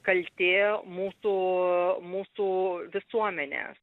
kaltė mūsų mūsų visuomenės